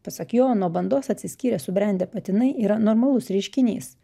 pasak jo nuo bandos atsiskyrę subrendę patinai yra normalus reiškinys